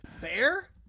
bear